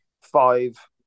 five